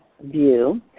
view